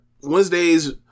Wednesdays